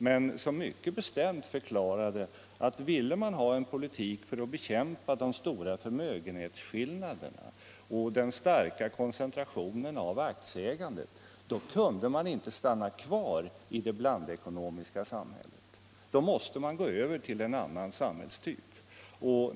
Han förklarade mycket bestämt att ville man ha en politik som bekämpar de stora förmögenhetsskillnaderna och den starka koncentrationen i aktieägandet, kunde man inte stanna kvar i det blandekonomiska samhället. Då måste man gå över till en annan samhällstyp.